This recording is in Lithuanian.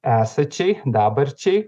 esačiai dabarčiai